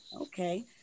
Okay